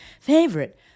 favorite